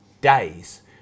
days